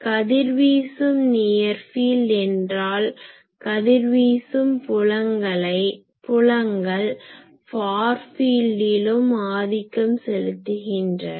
கதிர்வீசும் near field என்றால் கதிர்வீசும் புலங்கள் ஃபார் ஃபீல்டிலும் ஆதிக்கம் செலுத்துகின்றன